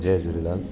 Jay Jhulelal